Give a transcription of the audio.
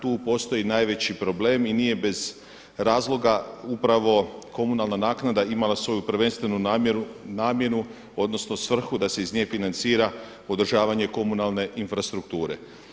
Tu postoji najveći problem i nije bez razloga upravo komunalna naknada imala svoju prvenstvenu namjeru, namjenu odnosno svrhu da se iz nje financira održavanje komunalne infrastrukture.